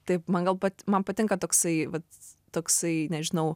taip man gal pat man patinka toksai vat toksai nežinau